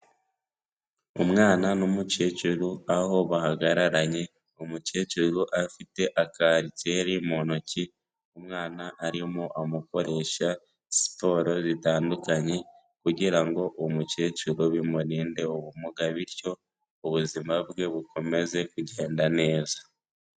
Umwana n'umukecuru, aho bahagararanye, umukecuru afite aka ariteri mu ntoki, umwana arimo amukoresha siporo zitandukanye kugira ngo uwo mukecuru bimurinde ubumuga bityo ubuzima bwe bukomeze kugenda neza.